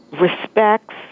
respects